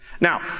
Now